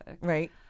right